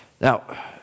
Now